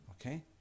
okay